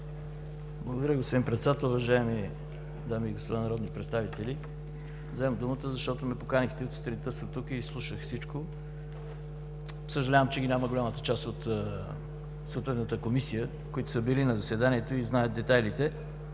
Благодаря, господин Председател! Уважаеми дами и господа народни представители! Вземам думата, защото ме поканихте. От сутринта съм тук и слушах всичко. Съжалявам, че ги няма голяма част от съответната Комисия, които са били на заседанието и знаят детайлите.